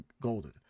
golden